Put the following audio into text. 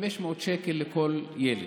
500 שקל לכל ילד,